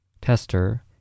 Tester